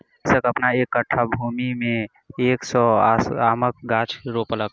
कृषक अपन एक कट्ठा भूमि में एक सौ आमक गाछ रोपलक